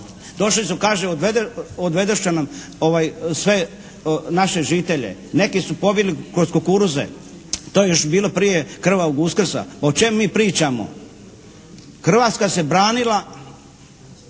došli su, kaže odvedoše nam sve naše žitelje. Neke su pobili kroz kukuruze. To je još bilo prije krvavog Uskrsa. O čemu mi pričamo. Hrvatska se branila